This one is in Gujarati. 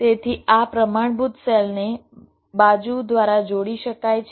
તેથી આ પ્રમાણભૂત સેલ ને બાજુ દ્વારા જોડી શકાય છે